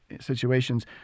situations